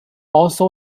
also